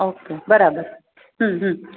okay બરાબર હમ હં